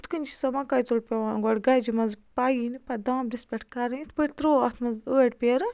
ہُتھ کٔنۍ چھِ سۄ مَکاے ژۄٹ پیٚوان گۄڈٕ گَجہِ منٛز پَینۍ پَتہٕ دابمرِس پٮ۪ٹھ کَرٕنۍ اِتھ پٲٹھۍ ترٛوو اَتھ منٛز ٲٹۍ پیرٕ